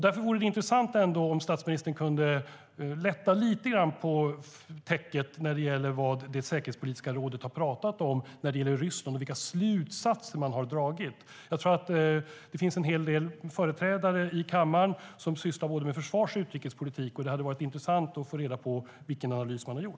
Därför vore det intressant om statsministern kunde lätta lite grann på täcket om vad det säkerhetspolitiska rådet har pratat om när det gäller Ryssland och vilka slutsatser man har dragit. Det finns en hel del ledamöter i kammaren som sysslar med både försvars och utrikespolitik, och det hade varit intressant att få reda på vilken analys man har gjort.